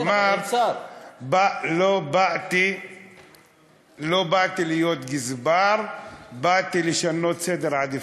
אמר: לא באתי להיות גזבר, באתי לשנות סדר עדיפות.